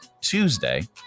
Tuesday